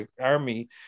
army